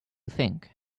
think